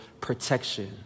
protection